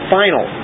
final